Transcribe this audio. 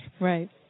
Right